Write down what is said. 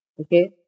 okay